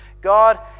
God